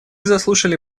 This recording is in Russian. заслушали